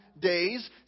days